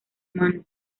mano